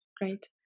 great